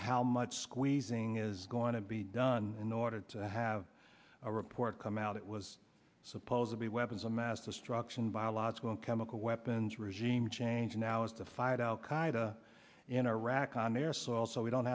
how much squeezing is going to be done in order to have a report come out it was supposed to be weapons of mass destruction biological and chemical weapons regime change now is to fight al qaeda in iraq on their soil so we don't